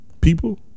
people